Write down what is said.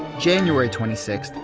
january twenty six,